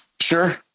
Sure